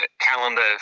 calendar